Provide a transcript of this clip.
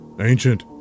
ancient